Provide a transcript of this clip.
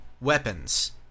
weapons